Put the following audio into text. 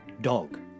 dog